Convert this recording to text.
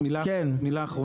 מיכאל, מילה אחרונה.